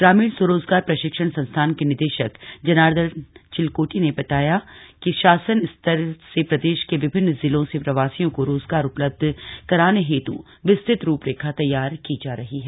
ग्रामीण स्वरोजगार प्रशिक्षण संस्थान के निदेशक जनार्दन चिलकोटी ने बताया है कि शासन स्तर से प्रदेश के विभिन्न जिलों से प्रवासियों को रोजगार उपलब्ध कराने हेतु विस्तृत रूपरेखा तैयार की जा रही है